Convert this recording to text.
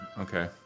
Okay